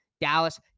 Dallas